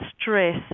stress